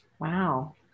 Wow